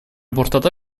portata